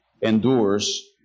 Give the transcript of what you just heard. endures